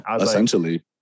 essentially